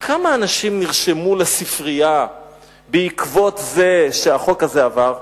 כמה אנשים נרשמו לספרייה בעקבות החוק הזה שעבר?